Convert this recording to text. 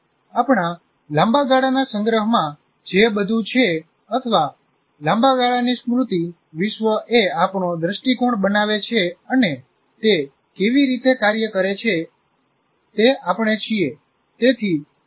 આપણા લાંબા ગાળાના સંગ્રહમાં જે બધું છે બાળપણથી જ જે પણ માહિતી સંગ્રહિત છે અથવા લાંબા ગાળાની સ્મૃતિ વિશ્વ એ આપણો દૃષ્ટિકોણ બનાવે છે અને તે કેવી રીતે કાર્ય કરે છે તે આપણે છીએ